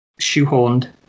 shoehorned